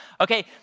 Okay